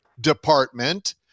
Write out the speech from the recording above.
department